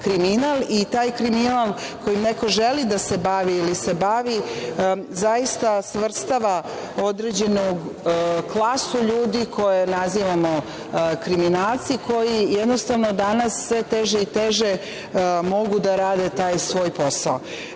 i taj kriminal kojim neko želi da se bavi ili se bavi, zaista svrstava određenu klasu ljudi koje nazivamo kriminalci i koji jednostavno danas sve teže i teže mogu da rade taj svoj